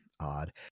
odd